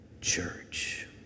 church